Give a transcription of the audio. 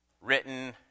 written